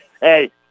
Hey